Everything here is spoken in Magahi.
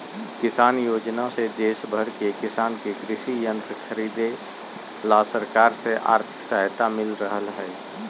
किसान योजना से देश भर के किसान के कृषि यंत्र खरीदे ला सरकार से आर्थिक सहायता मिल रहल हई